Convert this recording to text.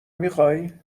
میخوای